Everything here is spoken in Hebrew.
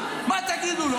מה תגידו לו?